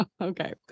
okay